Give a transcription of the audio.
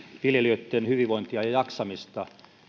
viljelijöitten hyvinvointia ja jaksamista